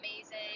amazing